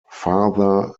father